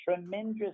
tremendous